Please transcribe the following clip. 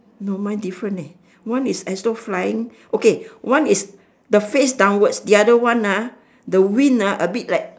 no mine different eh one is as though flying okay one is the face downwards the other one ah the wing ah a bit like